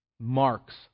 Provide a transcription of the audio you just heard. marks